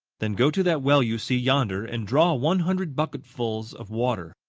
then go to that well you see yonder and draw one hundred bucketfuls of water.